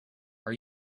are